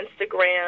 Instagram